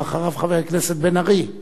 ואחריו, חבר הכנסת בן-ארי.